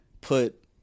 put